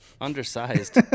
undersized